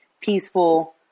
peaceful